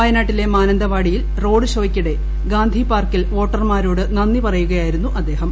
വയനാട്ടിലെ മാനന്തവാടിയിൽ റോഡ് ഷോക്കിടെ ഗാന്ധി പാർക്കിൽ വോട്ടർമാരോട് നന്ദി പറയുകയായിരുന്നു അദ്ദേഹം